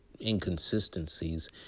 inconsistencies